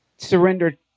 surrendered